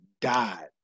died